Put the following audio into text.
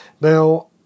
Now